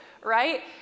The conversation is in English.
right